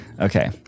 Okay